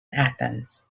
athens